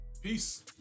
Peace